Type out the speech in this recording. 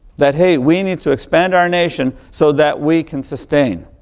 that hey, we need to expand our nation, so that we can sustain,